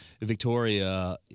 Victoria